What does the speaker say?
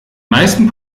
meisten